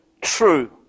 true